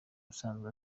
asanzwe